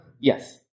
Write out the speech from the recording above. Yes